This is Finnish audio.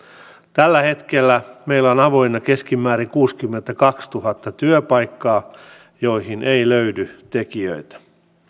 tällä hetkellä meillä on avoinna keskimäärin kuusikymmentäkaksituhatta työpaikkaa joihin ei löydy tekijöitä